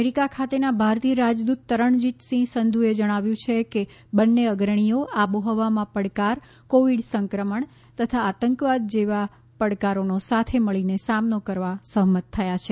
America ખાતેના ભારતીય રાજદૂત તરણજીત સિંહ સંધુએ જણાવ્યું કે બંને અગ્રણીઓ આબોહવામાં પડકાર કોવીડ સંક્રમણ તથા આંતકવાદ જેવા પડકારોનો સાથે મળીને સામનો કરવા પણ સંમત થયા હતા